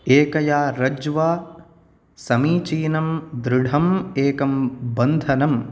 एकया रज्वा समीचीनं दृढम् एकं बन्धनं स्थापयामि